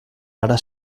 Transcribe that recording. ara